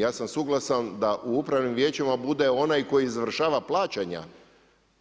Ja sam suglasan da u upravnim vijećima bude onaj koji izvršava plaćanja,